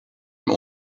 from